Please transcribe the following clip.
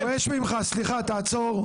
אני דורש ממך, תעצור.